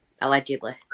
Allegedly